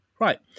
Right